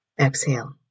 exhale